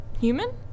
human